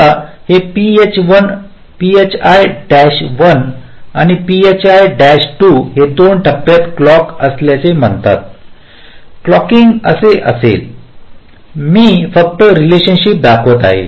आता हे phi 1 आणि phi 2 ते दोन टप्प्यांत क्लॉक असल्याचे म्हणतात क्लॉकिंग असे असेल मी फक्त रेलशनशिप दर्शवित आहे